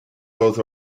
both